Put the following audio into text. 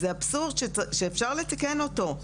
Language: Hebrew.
זה אבסורד שאפשר לתקן אותו.